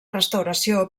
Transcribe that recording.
restauració